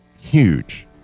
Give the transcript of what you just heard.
huge